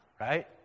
right